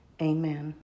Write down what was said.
amen